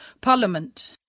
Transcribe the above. Parliament